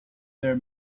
their